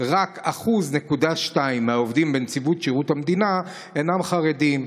רק 1.2% מהעובדים בנציבות שירות המדינה הם חרדים,